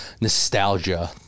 nostalgia